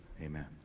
amen